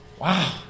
Wow